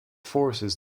forces